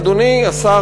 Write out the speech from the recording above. אדוני השר,